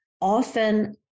often